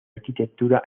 arquitectura